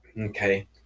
okay